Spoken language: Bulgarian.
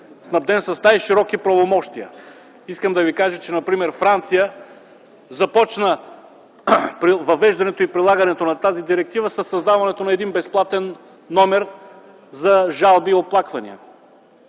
снабден с най-широки правомощия. Искам да Ви кажа, че например Франция започна въвеждането и прилагането на тази директива със създаването на един безплатен номер за жалби и оплаквания,